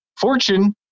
fortune